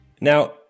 Now